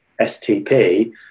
STP